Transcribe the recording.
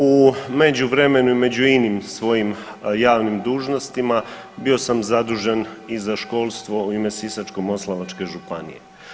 U međuvremenu i među inim svojim javnim dužnostima bio sam zadužen i za školstvo u ime Sisačko-moslavačke županije.